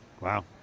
Wow